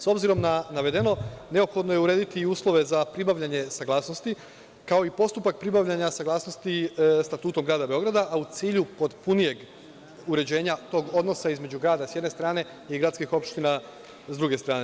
S obzirom na navedeno, neophodno je urediti uslove za pribavljanje saglasnosti, kao i postupak pribavljanja saglasnosti statutom grada Beograda, a u cilju potpunijeg uređenja tog odnosa između grada sa jedne strane i gradskih opština sa druge strane.